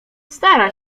stara